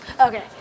Okay